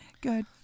good